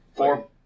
Four